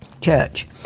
church